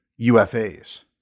UFAs